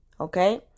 okay